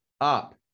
up